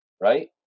right